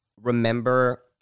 remember